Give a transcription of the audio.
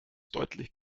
deutlich